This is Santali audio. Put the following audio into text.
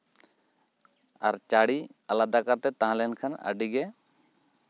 ᱟᱨ ᱪᱟᱹᱲᱤ ᱟᱞᱟᱫᱟ ᱠᱟᱛᱮᱜ ᱛᱟᱦᱮᱸ ᱞᱮᱱᱠᱷᱟᱱ ᱟᱹᱰᱤᱜᱮ